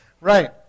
Right